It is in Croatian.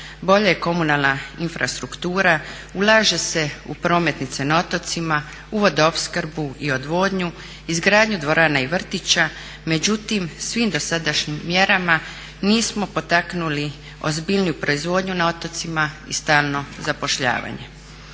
bolja je komunalna infrastruktura, ulaže se u prometnice na otocima, u vodoopskrbu i odvodnju, izgradnju dvorana i vrtića. Međutim, svim dosadašnjim mjerama nismo potaknuli ozbiljniju proizvodnju na otocima i stalno zapošljavanje.